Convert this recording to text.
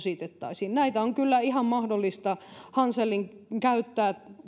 ositettaisiin näitä tämäntyyppisiä toimintamalleja on kyllä ihan mahdollista hanselin käyttää